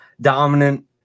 dominant